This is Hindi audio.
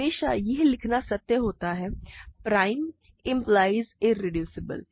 हमेशा यह लिखना सत्य होता है प्राइम इम्प्लाइज इरेड्यूसिबल